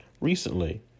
recently